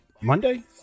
Monday